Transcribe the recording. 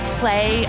play